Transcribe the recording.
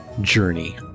journey